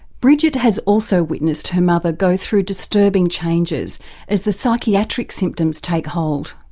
bridget has also witnessed her mother go through disturbing changes as the psychiatric symptoms take hold.